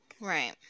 Right